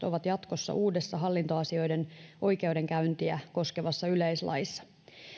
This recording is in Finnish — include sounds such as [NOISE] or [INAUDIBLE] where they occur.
[UNINTELLIGIBLE] ovat jatkossa uudessa hallintoasioiden oikeudenkäyntiä koskevassa yleislaissa